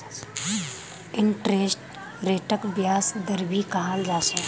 interest रेटक ब्याज दर भी कहाल जा छे